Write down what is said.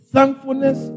Thankfulness